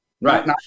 Right